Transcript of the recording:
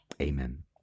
Amen